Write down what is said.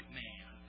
man